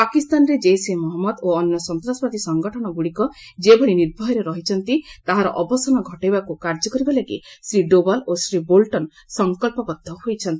ପାକିସ୍ତାନରେ ଜେିସେ ମହଞ୍ମଦ ଓ ଅନ୍ୟ ସନ୍ତ୍ରାସବାଦୀ ସଂଗଠନ ଗୁଡ଼ିକ ଯେଭଳି ନିର୍ଭୟରେ ରହିଛନ୍ତି ତାହାର ଅବସାନ ଘଟାଇବାକୁ କାର୍ଯ୍ୟକରିବାଲାଗି ଶ୍ରୀ ଡୋବାଲ ଓ ଶ୍ରୀ ବୋଲଟନ ସଂକଳ୍ପବଦ୍ଧ ହୋଇଛନ୍ତି